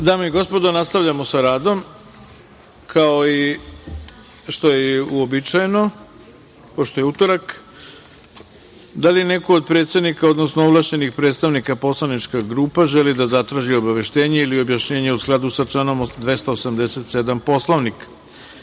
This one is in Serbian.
rad. Dame i gospodo, nastavljamo sa radom. Pošto je utorak, da li neko od predsednika, odnosno ovlašćenih predstavnika poslaničkih grupa, želi da zatraži obaveštenje ili objašnjenje, u skladu sa članom 287. Poslovnika? Reč